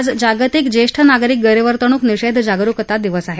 आज जागतिक ज्येष्ठ नागरिक गैरवर्तणूक निषेध जागरुकता दिवस आहे